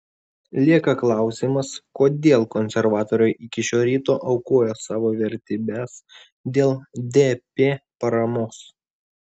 lieka klausimas kodėl konservatoriai iki šio ryto aukojo savo vertybes dėl dp paramos